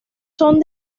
son